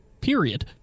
period